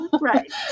Right